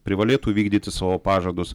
privalėtų vykdyti savo pažadus